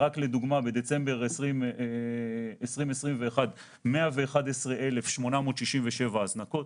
רק לדוגמה: בדצמבר 2021 היו 111,867 הזנקות.